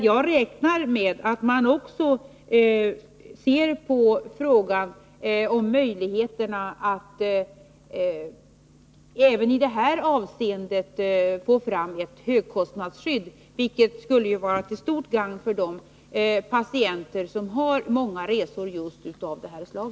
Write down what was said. Jag räknar med att man också ser på möjligheterna att i det här avseendet få fram ett högkostnadsskydd, vilket skulle vara till stort gagn för de patienter som har många resor av detta slag.